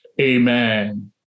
Amen